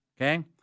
okay